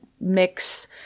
mix